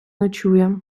ночує